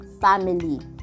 family